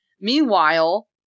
Meanwhile